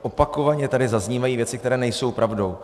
Opakovaně tady zaznívají věci, které nejsou pravdou.